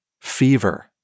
Fever